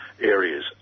areas